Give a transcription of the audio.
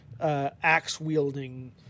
axe-wielding